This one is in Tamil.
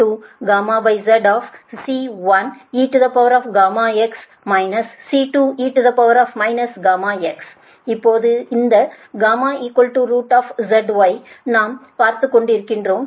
I zC1eγx C2e γx இப்போது அந்த γ zy நாம் பார்த்திருக்கிறோம்